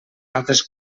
altres